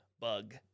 bug